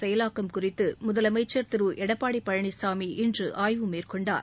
செயலாக்கம் குறித்து முதலமைச்சர் திரு எடப்பாடி பழனிசாமி இன்று ஆய்வு மேற்கொண்டார்